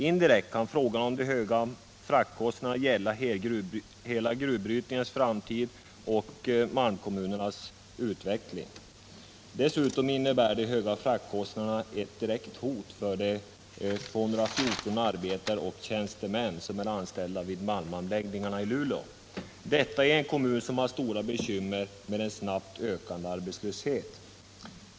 Indirekt kan frågan om de höga fraktkostnaderna gälla hela gruvbrytningens framtid och malmkommunernas utveckling. Dessutom innebär de höga fraktkostnaderna ett direkt hot mot de 214 arbetare och tjänstemän som är anställda vid malmanläggningarna i Luleå; detta i en kommun som har stora bekymmer med en snabbt ökande arbetslöshet.